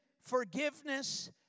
forgiveness